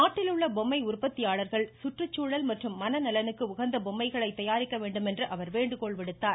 நாட்டிலுள்ள பொம்மை உற்பத்தியாளர்கள் சுற்றுசூழல் மற்றும் மனநலனுக்கு உகந்த பொம்மைகளை தயாரிக்க வேண்டும் என்றும் அவர் வேண்டுகோள் விடுத்திருக்கிறார்